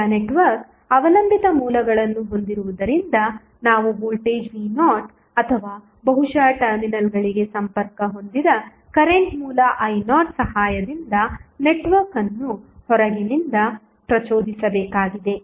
ಈಗ ನೆಟ್ವರ್ಕ್ ಅವಲಂಬಿತ ಮೂಲಗಳನ್ನು ಹೊಂದಿರುವುದರಿಂದ ನಾವು ವೋಲ್ಟೇಜ್ v0 ಅಥವಾ ಬಹುಶಃ ಟರ್ಮಿನಲ್ಗಳಿಗೆ ಸಂಪರ್ಕ ಹೊಂದಿದ ಕರೆಂಟ್ ಮೂಲ i0 ಸಹಾಯದಿಂದ ನೆಟ್ವರ್ಕ್ ಅನ್ನು ಹೊರಗಿನಿಂದ ಪ್ರಚೋದಿಸಬೇಕಾಗಿದೆ